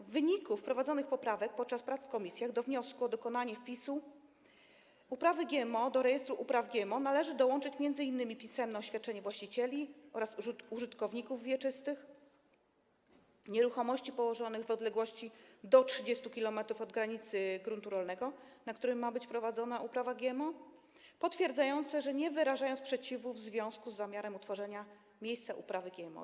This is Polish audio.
W wyniku poprawek wprowadzonych podczas prac w komisjach do wniosku o dokonanie wpisu uprawy GMO do Rejestru Upraw GMO należy dołączyć m.in. pisemne oświadczenia właścicieli oraz użytkowników wieczystych nieruchomości położonych w odległości do 30 km od granicy gruntu rolnego, na którym ma być prowadzona uprawa GMO, potwierdzające, że nie wyrażają sprzeciwu w związku z zamiarem utworzenia miejsca uprawy GMO.